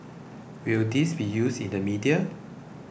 will this be used in the media